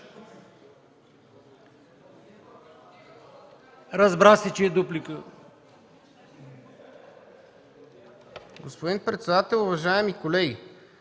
Разбра се, че е дуплика.